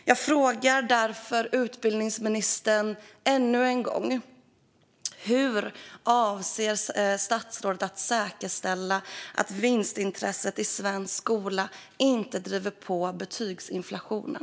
Jag frågar därför utbildningsministern ännu en gång: Hur avser statsrådet att säkerställa att vinstintresset i svensk skola inte driver på betygsinflationen?